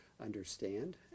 understand